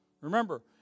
Remember